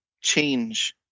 change